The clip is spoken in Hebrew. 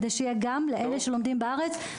כדי שתהיה גם אפשרות ללומדים בארץ.